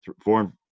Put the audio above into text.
Four